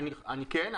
כן,